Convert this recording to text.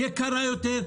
יקרה יותר,